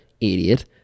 Idiot